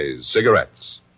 cigarettes